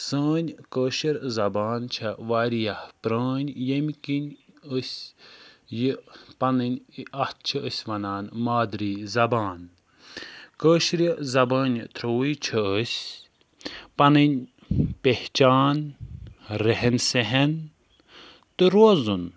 سٲنۍ کٲشِر زبان چھےٚ واریاہ پرٛٲنۍ ییٚمہِ کِنۍ أسۍ یہِ پَنٕنۍ اَتھ چھِ أسۍ وَنان مادری زبان کٲشِرِ زبانہِ تھرٛوٗوٕے چھِ أسۍ پَنٕنۍ پہچان رہن سہَن تہٕ روزُن